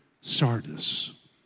Sardis